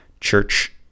church